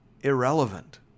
irrelevant